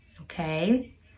okay